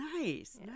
Nice